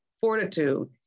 fortitude